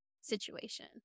situation